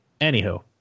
Anywho